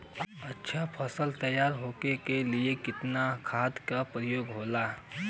अच्छा फसल तैयार होके के लिए कितना खाद के प्रयोग होला?